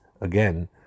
again